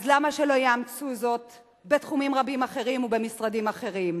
אז למה שלא יאמצו זאת בתחומים רבים אחרים ובמשרדים אחרים?